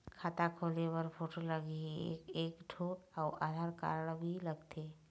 खाता खोले बर फोटो लगही एक एक ठो अउ आधार कारड भी लगथे?